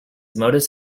modus